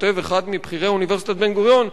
כותב אחד מבכירי אוניברסיטת בן-גוריון: